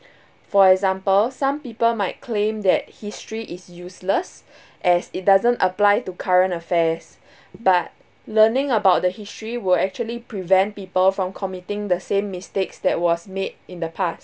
for example some people might claim that history is useless as it doesn't apply to current affairs but learning about the history will actually prevent people from committing the same mistakes that was made in the past